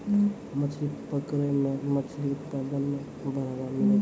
मछली पकड़ै मे मछली उत्पादन मे बड़ावा मिलै छै